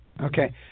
Okay